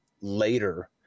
later